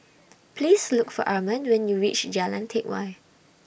Please Look For Arman when YOU REACH Jalan Teck Whye